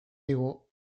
digu